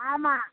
ஆமாம்